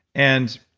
and